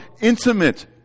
intimate